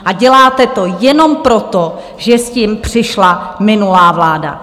A děláte to jenom proto, že s tím přišla minulá vláda.